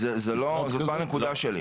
זאת לא הנקודה שלי.